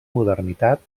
modernitat